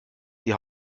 die